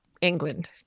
England